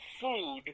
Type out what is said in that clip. food